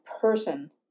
person